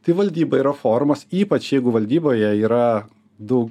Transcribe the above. tai valdyba yra formos ypač jeigu valdyboje yra du